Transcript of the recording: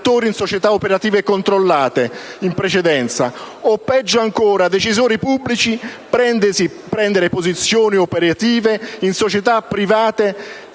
in società operative controllate in precedenza o, peggio ancora, abbiamo visto decisori pubblici prendere posizioni operative in società private.